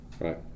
Right